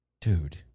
dude